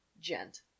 gent